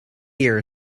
ear